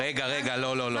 רגע, רגע, לא, לא, לא.